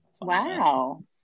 wow